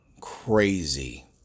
crazy